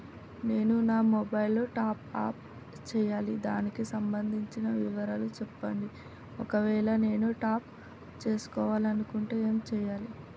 నేను నా mobile top up చేయాలి దానికి సంబంధించిన వివరాలు చెప్పండి ఒకవేళ నేను టాప్ చేసుకోవాలనుకుంటే ఏం చేయాలి?